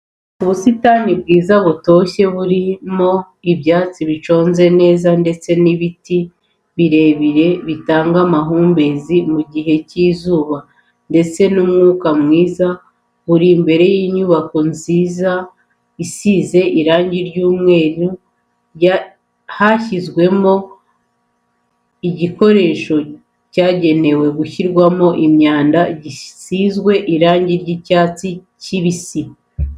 Mu busitani bwiza butoshye burimo ibyatsi biconze neza ndetse n'ibiti birebire bitanga amahumbezi mu gihe cy'izuba ndetse n'umwuka mwiza buri imbere y'inyubako nziza isize irangi ry'umweru hashyizwemo igikoresho cyagenewe gushyirwamo imyanda gisizwe irangi ry'icyatsi kibisi.